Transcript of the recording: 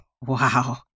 wow